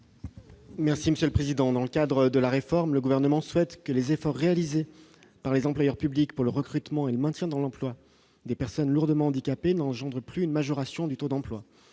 secrétaire d'État. Dans le cadre de la réforme en cours, le Gouvernement souhaite que les efforts réalisés par les employeurs publics pour le recrutement et le maintien dans l'emploi des personnes lourdement handicapées n'entraînent plus une majoration du taux d'emploi.